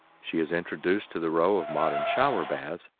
she is introduced to the row of modern shower baths,